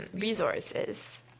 resources